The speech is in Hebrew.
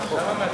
למה מהצד?